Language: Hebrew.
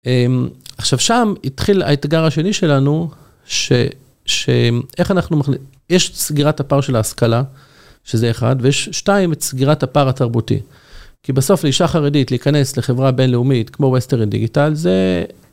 עכשיו, שם התחיל האתגר השני שלנו, שאיך אנחנו, יש סגירת הפער של ההשכלה, שזה אחד, ושתיים, סגירת הפער התרבותי. כי בסוף, לאישה חרדית להיכנס לחברה בינלאומית, כמו Western Digital, זה...